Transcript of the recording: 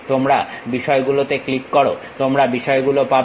তোমরা বিষয়গুলোতে ক্লিক করো তোমরা বিষয়গুলো পাবে